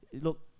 Look